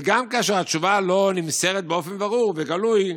וגם כאשר התשובה לא נמסרת באופן ברור וגלוי,